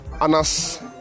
Anas